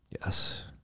Yes